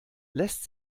lässt